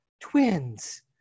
twins